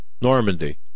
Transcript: Normandy